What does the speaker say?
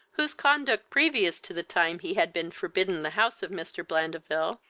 whose conduct, previous to the time he had been forbidden the house of mr. blandeville,